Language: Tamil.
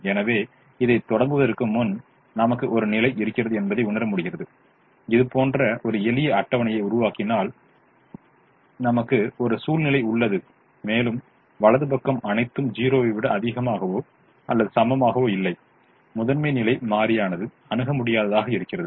எனவே இதை தொடங்குவதற்குமுன் நமக்கு ஒரு நிலை இருக்கிறது என்பதை உணர முடிகிறது இது போன்ற ஒரு எளிய அட்டவணையை உருவாக்கினால் நமக்கு ஒரு சூழ்நிலை உள்ளது மேலும் வலது பக்கம் அனைத்தும் 0 ஐ விட அதிகமாகவோ அல்லது சமமாகவோ இல்லை முதன்மை நிலை மாறியானது அணுக முடியாததாக இருக்கிறது